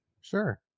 Sure